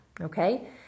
okay